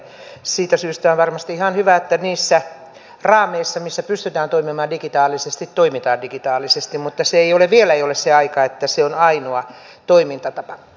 siitä syystä on varmasti ihan hyvä että niissä raameissa missä pystytään toimimaan digitaalisesti toimitaan digitaalisesti mutta vielä ei ole se aika että se on ainoa toimintatapa